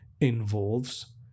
involves